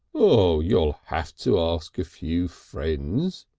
oh! you'll have to ask a few friends,